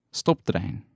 stoptrein